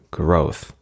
growth